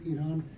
Iran